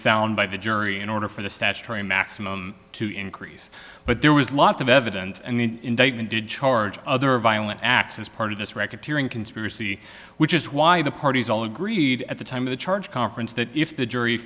found by the jury in order for the statutory maximum to increase but there was lots of evidence and the indictment did charge other violent acts as part of this record tearing conspiracy which is why the parties all agreed at the time of the charge conference that if the jury